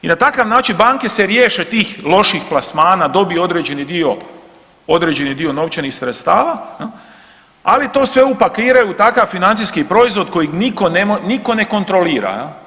I na takav način banke se riješe tih loših plasmana, dobiju određeni dio novčanih sredstava ali to sve upakiraju u takav financijski proizvod kojeg nitko ne kontrolira.